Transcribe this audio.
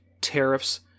tariffs